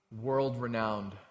world-renowned